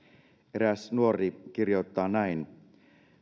eräs nuori kirjoittaa näin